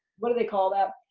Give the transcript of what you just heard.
what do they call that?